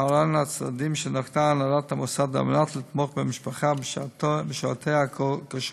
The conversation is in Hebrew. להלן הצעדים שנקטה הנהלת המוסד על מנת לתמוך במשפחה בשעותיה הקשות: